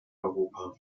europa